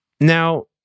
Now